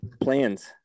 plans